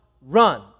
run